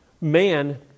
man